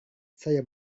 saya